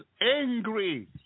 angry